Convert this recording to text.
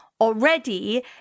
already